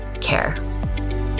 care